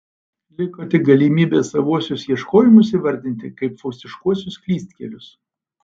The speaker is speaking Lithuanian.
liko tik galimybė savuosius ieškojimus įvardyti kaip faustiškuosius klystkelius